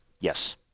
Yes